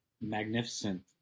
magnificent